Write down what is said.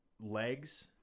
legs